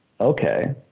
okay